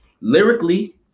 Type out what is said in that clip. lyrically